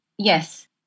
Yes